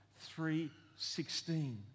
3.16